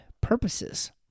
purposes